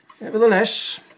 Nevertheless